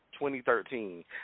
2013